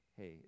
hey